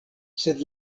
sed